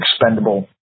expendable